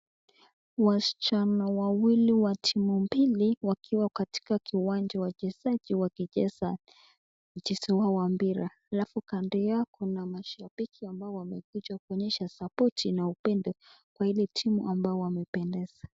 Wasichana wawili wa timu mbili wakiwa katika kiwanja, wachezaji wakicheza mchezo wao wa mpira. Halafu kando yao kuna mashabiki ambao wamekuja kuonyesha support na upendo kwa ile timu ambayo wamependeza.